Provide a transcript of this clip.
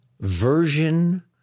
version